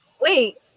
Wait